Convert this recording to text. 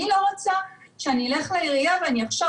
אני לא רוצה שאני אלך לעירייה ואני אחשוב